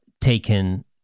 taken